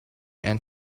and